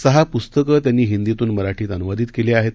सहापुस्तकंत्यांनीहिंदीतूनमराठीतअनुवादितकेलेलीआहेत